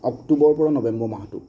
অক্টোবৰৰ পৰা নবেম্বৰ মাহটো